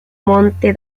monte